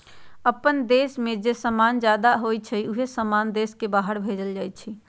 अप्पन देश में जे समान जादा होई छई उहे समान देश के बाहर भेजल जाई छई